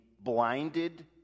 blinded